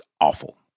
awful